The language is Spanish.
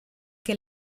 que